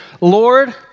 Lord